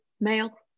male